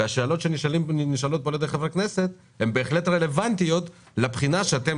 והשאלות שנשאלות פה על ידי חברי הכנסת הן בהחלט רלוונטיות לבחינה שאתם,